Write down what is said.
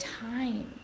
time